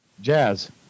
Jazz